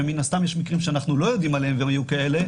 ומן הסתם יש מקרים שאנחנו לא יודעים עליהם וגם היו כאלה,